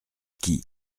qui